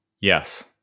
Yes